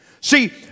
See